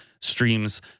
streams